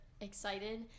excited